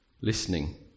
listening